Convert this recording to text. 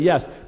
yes